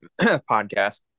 podcast